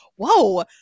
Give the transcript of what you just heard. whoa